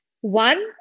One